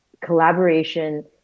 collaboration